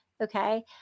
Okay